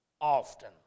Often